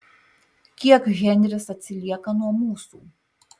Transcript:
kiek henris atsilieka nuo mūsų